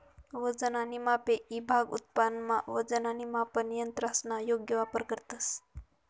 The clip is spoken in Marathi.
वजन आणि मापे ईभाग उत्पादनमा वजन आणि मापन यंत्रसना योग्य वापर करतंस